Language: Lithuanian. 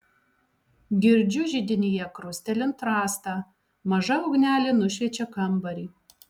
girdžiu židinyje krustelint rastą maža ugnelė nušviečia kambarį